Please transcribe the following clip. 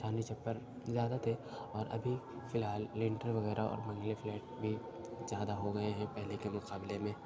چھاؤنی چھپر زیادہ تھے اور ابھی فی الحال لنٹر وغیرہ اور بنگلے فلیٹ بھی زیادہ ہو گئے ہیں پہلے کے مقابلے میں